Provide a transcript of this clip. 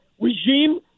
regime